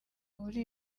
muri